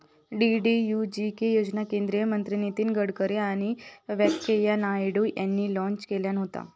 DDUGK योजना केंद्रीय मंत्री नितीन गडकरी आणि व्यंकय्या नायडू यांनी लॉन्च केल्यान होता